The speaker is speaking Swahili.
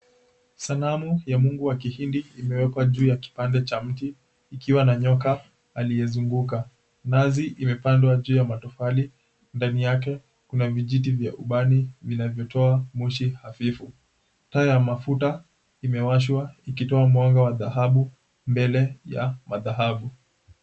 Sanamu ya mungu kihindi imewekwa juu ya kipande cha mti, ikiwa na nyoka aliyezunguka. Nazi imepandwa juu ya matofali, ndani yake kuna vijiti vya ubani vinavyotoa moshi hafifu. Taa ya mafuta imewashwa ikitoa mwanga wa dhahabu mbele ya madhahabu.